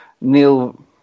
Neil